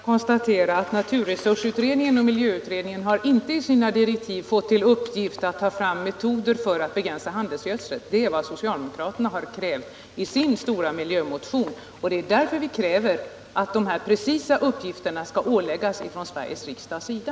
Herr talman! Låt mig bara konstatera att naturresursoch miljöutredningen i sina direktiv inte har fått till uppgift att ta fram metoder för att begränsa användningen av handelsgödsel. Men det är vad socialdemokraterna har krävt i sin stora miljömotion, och det är därför som vi kräver att denna precisa uppgift skall fastläggas från Sveriges riksdags sida.